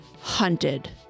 hunted